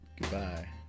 Goodbye